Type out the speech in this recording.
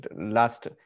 last